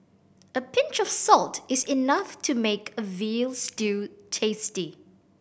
a pinch of salt is enough to make a veal stew tasty